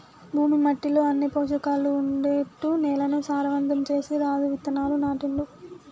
భూమి మట్టిలో అన్ని పోషకాలు ఉండేట్టు నేలను సారవంతం చేసి రాజు విత్తనాలు నాటిండు